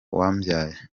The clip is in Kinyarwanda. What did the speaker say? wambyaye